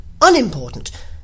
unimportant